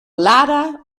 lada